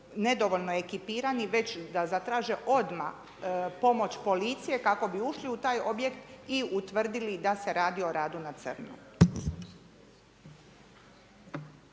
nedovoljno ekipirani, već da zatraže odmah pomoć policije kako bi ušli u taj objekt i utvrdili da se radi o radu na crno.